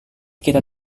kita